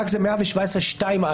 למען הפרוטוקול, זה סעיף 117(2)(א),